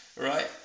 right